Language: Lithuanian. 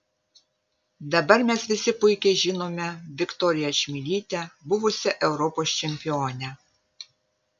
dabar mes visi puikiai žinome viktoriją čmilytę buvusią europos čempionę